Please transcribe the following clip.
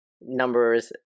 numbers